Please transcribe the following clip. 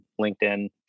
LinkedIn